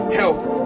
health